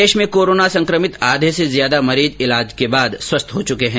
प्रदेश मे कोरोना संक्रमित आधे से ज्यादा मरीज ईलाज के बाद स्वस्थ हो चुके है